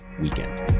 weekend